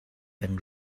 peng